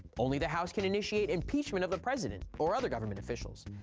only the house can initiate impeachment of a president or other government officials.